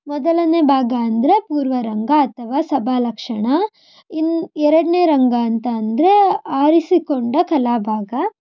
ಮೊದಲನೇ ಭಾಗ ಅಂದರೆ ಪೂರ್ವರಂಗ ಅಥವಾ ಸಭಾಲಕ್ಷಣ ಇನ್ನು ಎರಡನೇ ರಂಗ ಅಂತ ಅಂದರೆ ಆರಿಸಿಕೊಂಡ ಕಲಾಭಾಗ